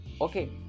Okay